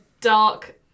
dark